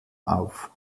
auf